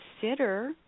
consider